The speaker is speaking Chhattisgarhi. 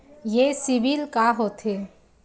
ये सीबिल का होथे?